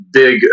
big